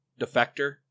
defector